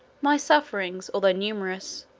my sufferings, although numerous,